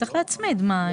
צריך להצמיד, מה?